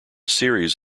series